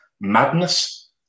madness